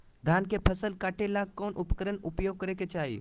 धान के फसल काटे ला कौन उपकरण उपयोग करे के चाही?